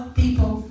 people